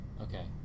Okay